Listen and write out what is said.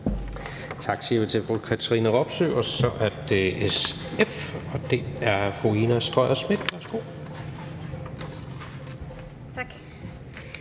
Tak siger vi til fru Katrine Robsøe. Så er det SF, og det er fru Ina Strøjer-Schmidt.